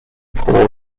poor